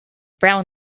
brown